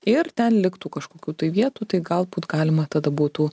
ir ten liktų kažkokių tai vietų tai galbūt galima tada būtų